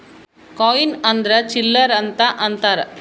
coin ಅಂದ್ರ ಚಿಲ್ಲರ್ ಅಂತ ಅಂತಾರ